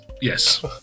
Yes